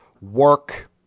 work